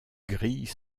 gris